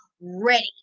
ready